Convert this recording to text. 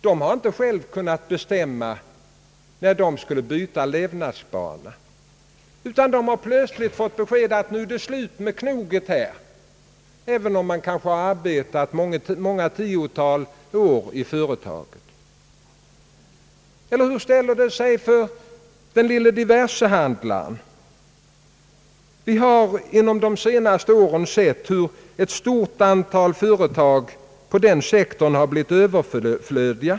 De har inte själva kunnat bestämma när de skulle byta levnadsbana, utan de har bara plötsligt fått ett besked om att nu är det slut med knoget, även om de kanske har arbetat många tiotal år i företaget. Och hur ställer det sig för den lille diversehandlaren? Vi har under de senaste åren sett hur ett stort antal företag inom denna sektor har blivit överflödiga.